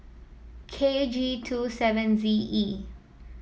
K G two seven Z E